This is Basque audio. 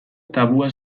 tabua